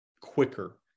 quicker